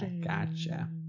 gotcha